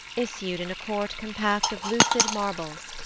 issued in a court compact of lucid marbles,